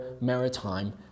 maritime